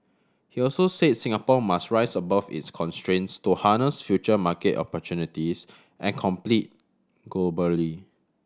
he also said Singapore must rise above its constraints to harness future market opportunities and compete globally